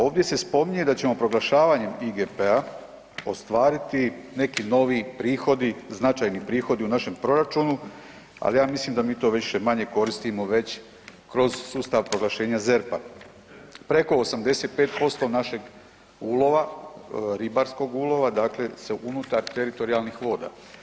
Ovdje se spominje da ćemo proglašavanjem IGP-a ostvariti neki novi prihodi, značajni prihodi u našem proračunu, ali ja mislim da mi to više-manje koristimo već kroz sustav proglašenja ZERP-a, preko 85% našeg ulova ribarskog ulova dakle unutar teritorijalnih voda.